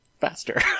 faster